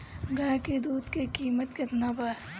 गाय के दूध के कीमत केतना बा?